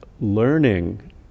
learning